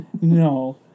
no